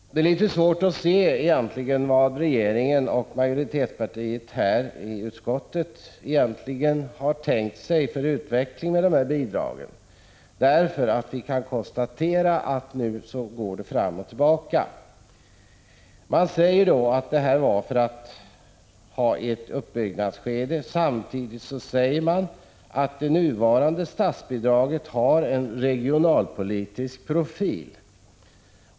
Det är litet svårt att se vad regeringen och majoritetspartiet i utskottet har tänkt sig för utveckling för detta bidrag. Vi kan konstatera att tankarna nu går fram och tillbaka. Man säger att man skall ha bidrag i ett uppbyggnadsskede. Samtidigt säger man att det nuvarande statsbidraget har en regional politisk profil.